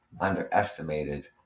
underestimated